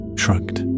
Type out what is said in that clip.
shrugged